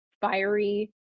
fiery